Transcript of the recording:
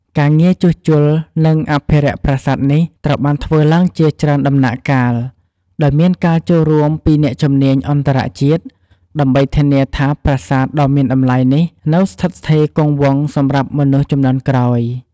ការងារជួសជុល និងអភិរក្សប្រាសាទនេះ ត្រូវបានធ្វើឡើងជាច្រើនដំណាក់កាល ដោយមានការចូលរួមពីអ្នកជំនាញអន្តរជាតិ ដើម្បីធានាថាប្រាសាទដ៏មានតម្លៃនេះនៅស្ថិតស្ថេរគង់វង្សសម្រាប់មនុស្សជំនាន់ក្រោយ។